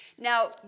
Now